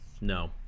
No